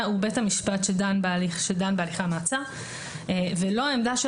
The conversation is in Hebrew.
הוא בית המשפט שדן בהליכי המעצר ולא העמדה של